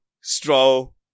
stroll